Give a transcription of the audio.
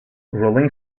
rolling